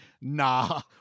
nah